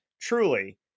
truly